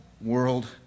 world